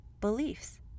beliefs